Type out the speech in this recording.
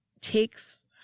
takes